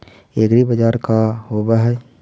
एग्रीबाजार का होव हइ?